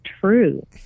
true